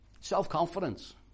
Self-confidence